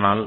ஆனால்